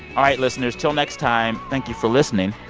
all right, listeners, till next time thank you for listening.